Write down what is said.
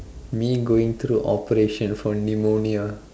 me going through operation for pneumonia